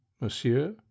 monsieur